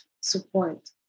support